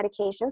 medications